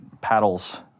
paddles